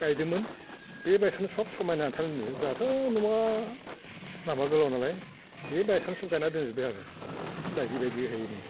गायदोंमोन बे बायदिनो सब समायना जोंहाथ' न'वा लामा गोलाव नालाय बे बायसांसिम गायना दोनजोबदों आरो बायदि बायदिहाय